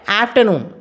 afternoon